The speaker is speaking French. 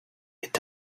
est